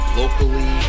locally